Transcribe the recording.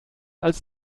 als